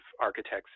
architects